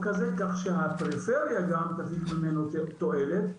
הזה כך שהפריפריה גם תפיק ממנו יותר תועלת,